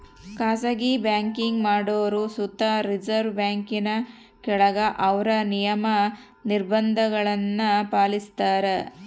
ಖಾಸಗಿ ಬ್ಯಾಂಕಿಂಗ್ ಮಾಡೋರು ಸುತ ರಿಸರ್ವ್ ಬ್ಯಾಂಕಿನ ಕೆಳಗ ಅವ್ರ ನಿಯಮ, ನಿರ್ಭಂಧಗುಳ್ನ ಪಾಲಿಸ್ತಾರ